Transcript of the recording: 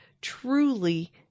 truly